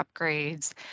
upgrades